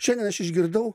šiandien aš išgirdau